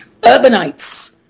Urbanites